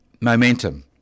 momentum